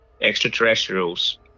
extraterrestrials